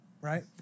right